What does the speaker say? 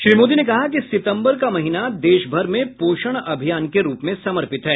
श्री मोदी ने कहा कि सितम्बर का महीना देशभर में पोषण अभियान के रूप में समर्पित है